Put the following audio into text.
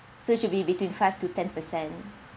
so it should be between five to ten percent